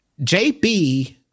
JB